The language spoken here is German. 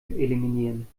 eliminieren